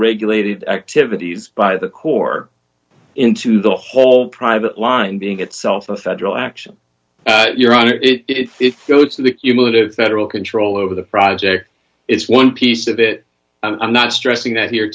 regulated activities by the core into the whole private line being itself a federal action your honor it is if you go to the cumulative federal control over the project it's one piece of it i'm not stressing that here